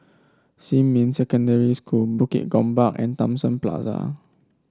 Xinmin Secondary School Bukit Gombak and Thomson Plaza